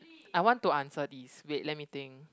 I want to answer this wait let me think